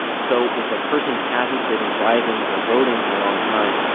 so if a person hasn't been driving or voting in a long time,